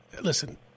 listen